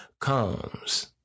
comes